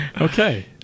okay